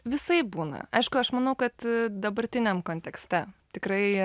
visaip būna aišku aš manau kad dabartiniam kontekste tikrai